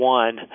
one